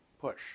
push